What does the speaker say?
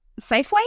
Safeway